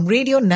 Radio